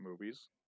movies